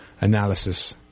analysis